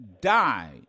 died